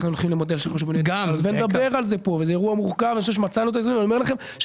אין מה לעשות, צריך להיאבק במזומן,